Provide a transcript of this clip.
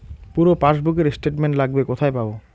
পুরো পাসবুকের স্টেটমেন্ট লাগবে কোথায় পাব?